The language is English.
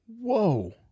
Whoa